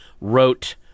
wrote